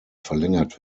verlängert